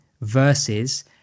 versus